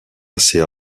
assez